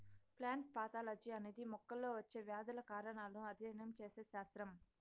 plant pathology అనేది మొక్కల్లో వచ్చే వ్యాధుల కారణాలను అధ్యయనం చేసే శాస్త్రం